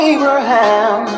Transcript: Abraham